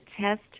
test